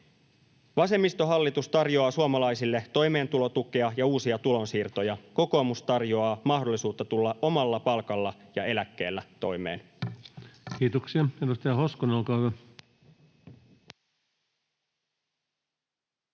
Vasemmistohallitus tarjoaa suomalaisille toimeentulotukea ja uusia tulonsiirtoja. Kokoomus tarjoaa mahdollisuutta tulla omalla palkalla ja eläkkeellä toimeen. Kiitoksia. — Edustaja Hoskonen, olkaa hyvä.